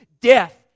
death